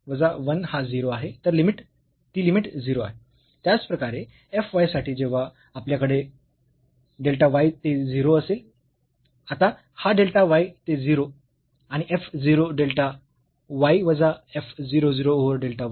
तर 1 वजा 1 हा 0 आहे ती लिमिट 0 आहे त्याचप्रकारे f y साठी जेव्हा आपल्याकडे डेल्टा y ते 0 असेल आता हा डेल्टा y ते 0 आणि f 0 डेल्टा y वजा f 0 0 ओव्हर डेल्टा y